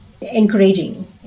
encouraging